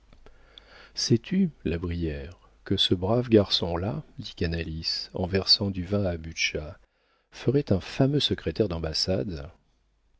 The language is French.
sais-tu la brière que ce brave garçon-là dit canalis en versant du vin à butscha ferait un fameux secrétaire d'ambassade